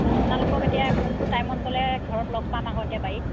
অঁ আপোনালোকক এতিয়া কোনটো টাইমত গ'লে ঘৰত লগ পাম আকৌ এতিয়া বাৰীত